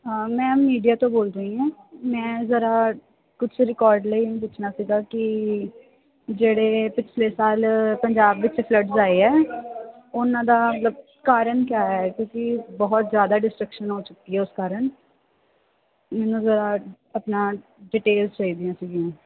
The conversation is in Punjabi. ਮੈਂ ਮੀਡੀਆ ਤੋਂ ਬੋਲ ਰਹੀ ਹਾਂ ਮੈਂ ਜ਼ਰਾ ਕੁਛ ਰਿਕੋਰਡ ਲਈ ਪੁੱਛਣਾ ਸੀਗਾ ਕਿ ਜਿਹੜੇ ਪਿਛਲੇ ਸਾਲ ਪੰਜਾਬ ਵਿੱਚ ਫਲੱਡਸ ਆਏ ਹੈ ਉਹਨਾਂ ਦਾ ਮਤਲਬ ਕਾਰਨ ਕਿਆ ਹੈ ਕਿਉਂਕਿ ਬਹੁਤ ਜ਼ਿਆਦਾ ਡਿਸਟ੍ਰਕਸ਼ਨ ਹੋ ਚੁੱਕੀ ਹੈ ਉਸ ਕਾਰਨ ਮੈਨੂੰ ਲਾ ਆਪਣਾ ਡਿਟੇਲਸ ਚਾਹੀਦੀਆਂ ਸੀਗੀਆਂ